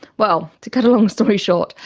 well, to cut a long story short,